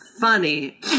funny